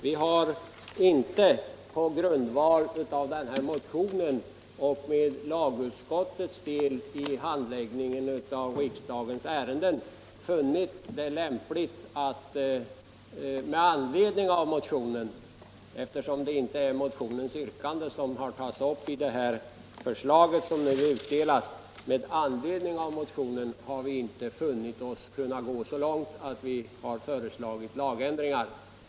På grundval av lagutskottets handläggning av sin del av riksdagens ärenden och med anledning av Homosexuella samlevandes sociala rättigheter Homosexuella samlevandes sociala rättigheter den här motionen — det är ju inte motionsyrkandet som tagits upp i det förslag som nu delas ut — har vi inte funnit att vi kan gå så långt som att föreslå lagändringar.